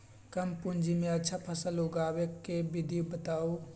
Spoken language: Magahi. कम पूंजी में अच्छा फसल उगाबे के विधि बताउ?